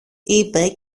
είπε